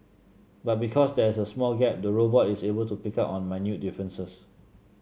but because there is a small gap the robot is able to pick up on minute differences